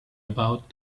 about